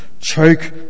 choke